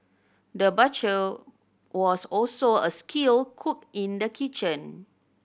the butcher was also a skilled cook in the kitchen